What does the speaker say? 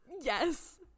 yes